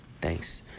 Thanks